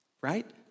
right